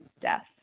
death